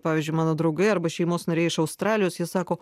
pavyzdžiui mano draugai arba šeimos nariai iš australijos jie sako